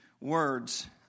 words